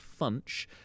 Funch